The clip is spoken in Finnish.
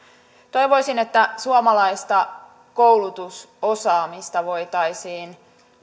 toivoisin että suomalaista koulutusosaamista voitaisiin